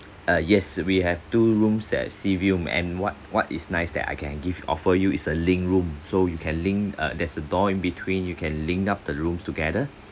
uh yes we have two rooms at sea view and what what is nice that I can give offer you is a link room so you can link uh there's a door in between you can link up the rooms together